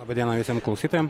laba diena visiem klausytojam